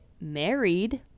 married